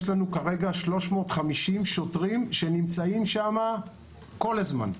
יש לנו כרגע 350 שוטרים שנמצאים שם כל הזמן.